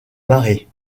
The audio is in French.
marée